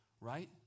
right